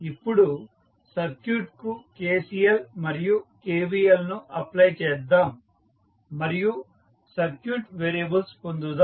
ఇప్పుడు సర్క్యూట్కు KCL మరియు KVL ను అప్లై చేద్దాం మరియు సర్క్యూట్ వేరియబుల్స్ పొందుదాం